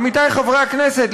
עמיתיי חברי הכנסת,